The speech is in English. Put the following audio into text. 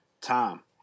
time